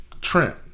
Trent